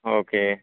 okay